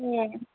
ए